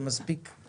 זה מספיק משמעותי.